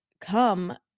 come